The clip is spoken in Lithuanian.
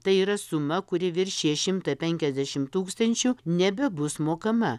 tai yra suma kuri viršija šimtą penkiasdešimt tūkstančių nebebus mokama